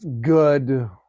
good